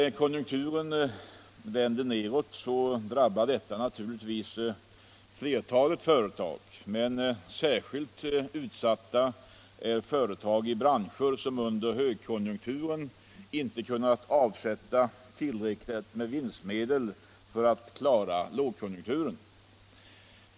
När konjunkturen vänder neråt drabbar detta naturligtvis flertalet företag, men särskilt utsatta blir företag i branscher som under högkonjunkturen inte har kunnat avsätta tillräckligt med vinstmedel för att klara en lågkonjunktur.